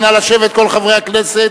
נא לשבת, כל חברי הכנסת.